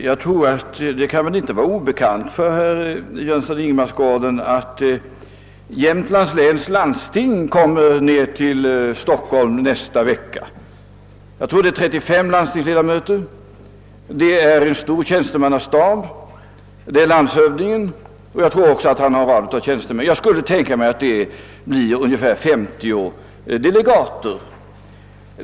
Herr talman! Det är alltså inte obekant för herr Jönsson i Ingemarsgården att Jämtlands läns landsting kommer till Stockholm nästa vecka. Jag tror det är 35 landstingsledamöter, en stor tjänstemannastab och landshövdingen. Jag kan tänka mig att det blir ungefär 50 delegater.